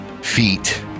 feet